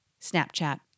Snapchat